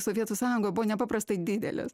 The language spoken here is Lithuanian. sovietų sąjungoj buvo nepaprastai didelis